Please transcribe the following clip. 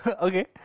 Okay